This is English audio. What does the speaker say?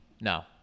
No